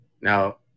Now